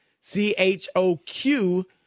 C-H-O-Q